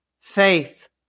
faith